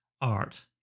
art